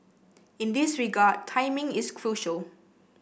in this regard timing is crucial